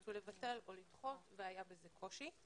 ורצו לבטל או לדחות אותן והיה בזה קושי.